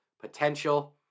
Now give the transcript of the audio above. potential